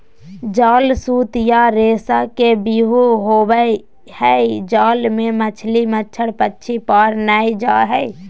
जाल सूत या रेशा के व्यूह होवई हई जाल मे मछली, मच्छड़, पक्षी पार नै जा हई